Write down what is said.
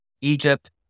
Egypt